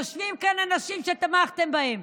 יושבים כאן אנשים שתמכתם בהם.